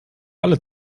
alle